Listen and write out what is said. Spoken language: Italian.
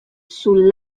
sul